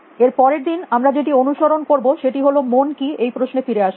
এবং পরের দিন আমরা যেটি অনুসরণ করব সেটি হল মন কি এই প্রশ্নে ফিরে আসা